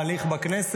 את ההליך בכנסת.